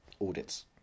audits